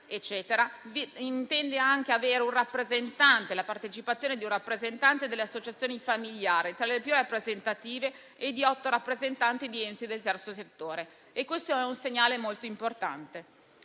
intende anche avere la partecipazione di un rappresentante delle associazioni familiari tra le più rappresentative e di otto rappresentanti di enti del terzo settore. Questo è un segnale molto importante.